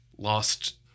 lost